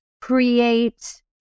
create